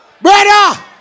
brother